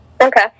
Okay